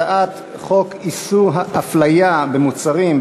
הצעת חוק איסור הפליה במוצרים,